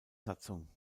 satzung